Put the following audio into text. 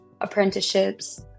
apprenticeships